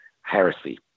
heresy